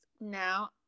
now